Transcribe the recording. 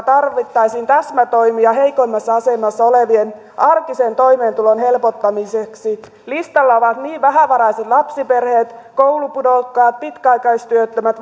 tarvittaisiin täsmätoimia heikoimmassa asemassa olevien arkisen toimeentulon helpottamiseksi listalla ovat niin vähävaraiset lapsiperheet koulupudokkaat pitkäaikaistyöttömät